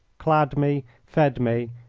clad me, fed me,